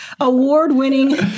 award-winning